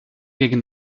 gegen